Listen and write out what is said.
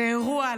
זהו אירוע,